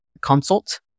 consult